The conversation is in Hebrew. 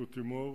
השר,